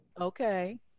Okay